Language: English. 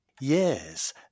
Yes